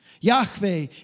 Yahweh